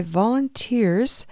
volunteers